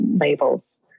labels